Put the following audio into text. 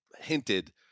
hinted